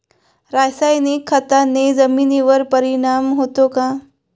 रासायनिक खताने जमिनीवर परिणाम होतो का?